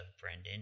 Brendan